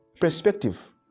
Perspective